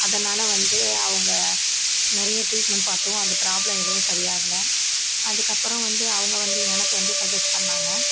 அதனால் வந்து அவங்க நிறையா ட்ரீட்மெண்ட் பார்த்தோம் அந்த ப்ராப்ளம் எதுவும் சரியாகலை அதுக்கப்புறம் வந்து அவங்க வந்து எனக்கு வந்து சஜ்ஜெஸ் பண்ணாங்க